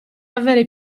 avere